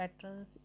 patterns